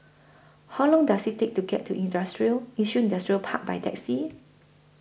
How Long Does IT Take to get to Yishun Industrial Park By Taxi